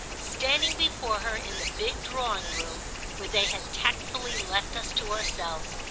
standing before her in the big drawing-room where they had tactfully left us to ourselves,